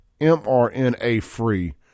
mRNA-free